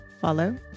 follow